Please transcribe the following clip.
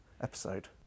episode